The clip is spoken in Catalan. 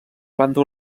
planta